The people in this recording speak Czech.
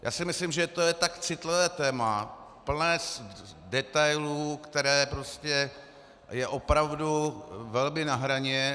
Já si myslím, že to je tak citlivé téma plné detailů, které prostě je opravdu velmi na hraně.